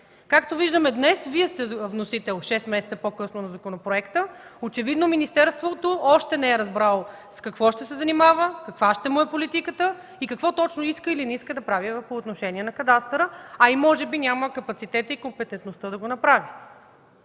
Както виждаме днес, Вие сте вносител шест месеца по-късно, очевидно министерството още не е разбрало с какво ще се занимава, каква ще му е политиката и какво точно иска или не иска да прави по отношение на кадастъра, а и може би няма капацитета и компетентността да го направи.